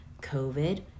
COVID